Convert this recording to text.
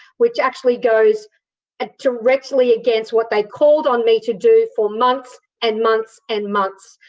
which actually goes ah directly against what they called on me to do for months and months and months.